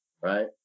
right